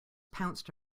pounced